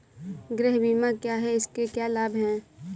गृह बीमा क्या है इसके क्या लाभ हैं?